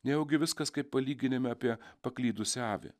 nejaugi viskas kaip palyginime apie paklydusią avį